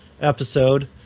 episode